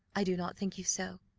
i do not think you so.